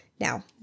Now